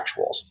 actuals